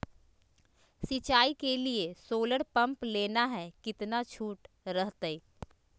सिंचाई के लिए सोलर पंप लेना है कितना छुट रहतैय?